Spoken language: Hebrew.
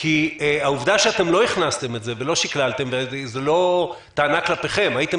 כי העובדה שלא הכנסתם את זה ולא שכללתם זו לא טענה כלפיכם אבל הייתם